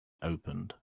opened